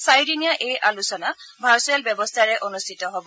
চাৰিদিনীয়া এই আলোচনা ভাৰ্ছুৱেল ব্যৱস্থাৰে অনুষ্ঠিত হ'ব